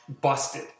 busted